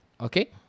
okay